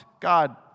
God